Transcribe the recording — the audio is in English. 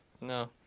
no